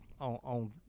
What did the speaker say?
on